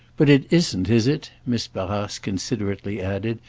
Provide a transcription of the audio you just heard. but it isn't, is it, miss barrace considerately added,